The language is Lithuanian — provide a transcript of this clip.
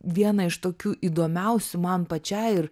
vieną iš tokių įdomiausių man pačiai ir